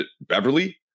Beverly